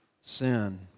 sin